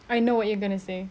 dalam partner awak cari apa